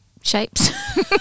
shapes